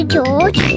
George